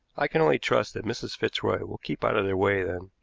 i can only trust that mrs. fitzroy will keep out of their way then.